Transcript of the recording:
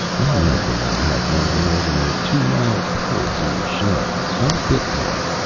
i reckon i had no more than a two-mile pull to your ship. not a bit more.